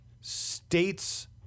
states